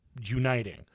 uniting